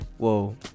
Whoa